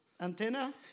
Antenna